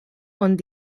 und